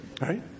Right